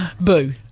Boo